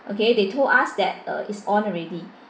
okay they told us that uh it's on already